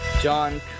John